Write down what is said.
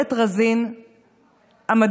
לאיילת רזין המדהימה,